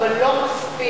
אבל לא מספיק.